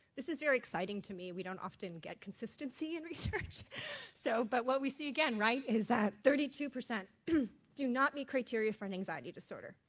this is very exciting to me, we don't often get consistency in research so but what we see again is that thirty two percent do not meet criteria for an anxiety disorder,